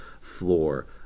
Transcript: floor